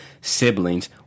Siblings